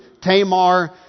Tamar